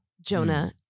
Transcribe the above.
Jonah